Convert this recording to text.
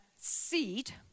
seed